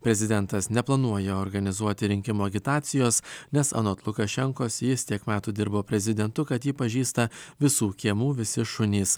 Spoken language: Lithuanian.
prezidentas neplanuoja organizuoti rinkimų agitacijos nes anot lukašenkos jis tiek metų dirbo prezidentu kad jį pažįsta visų kiemų visi šunys